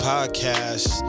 Podcast